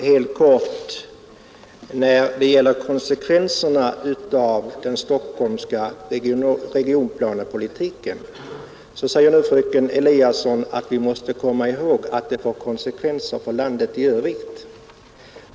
Herr talman! Jag skall fatta mig kort. Fröken Eliasson säger att vi måste komma ihåg att den stockholmska regionplanepolitiken får konsekvenser för landet i övrigt.